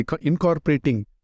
incorporating